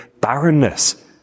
barrenness